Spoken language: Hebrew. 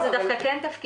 לא, זה דווקא כן תפקידנו.